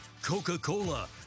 Coca-Cola